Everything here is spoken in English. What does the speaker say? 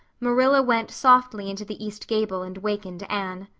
marilla went softly into the east gable and wakened anne.